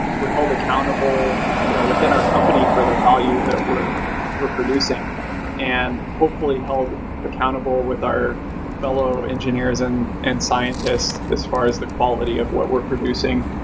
we're held accountable you know within our company for the value that we're we're producing and hopefully held accountable with our fellow engineers and and scientists as far as the quality of what we're producing.